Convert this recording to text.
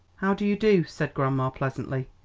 how do you do? said grandma pleasantly.